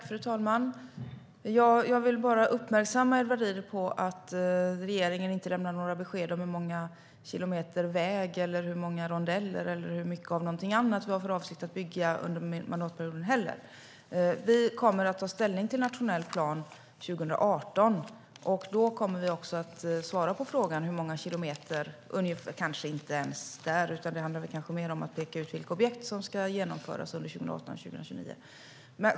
Fru talman! Jag vill uppmärksamma Edward Riedl på att regeringen inte heller lämnar några besked om hur många kilometer väg, hur många rondeller eller hur mycket av någonting annat vi har för avsikt att bygga under mandatperioden. Vi kommer att ta ställning till nationell plan 2018. Vi kommer kanske inte ens där svara på frågan hur många kilometer ska byggas. Det handlar mer om att peka ut vilka objekt som ska genomföras 2018-2029.